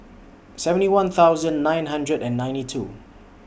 seventy one thousand nine hundred and ninety two